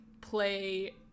play